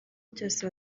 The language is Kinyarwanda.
byose